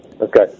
Okay